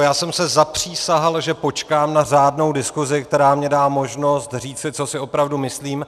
Já jsem se zapřísahal, že počkám na řádnou diskusi, která mi dá možnost říci, co si opravdu myslím.